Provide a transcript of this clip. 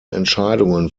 entscheidungen